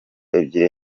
ebyiri